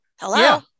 Hello